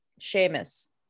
Seamus